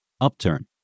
Upturn